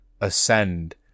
ascend